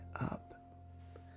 up